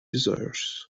desires